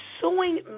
suing